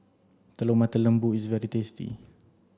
Telur Mata Lembu is very tasty